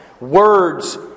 Words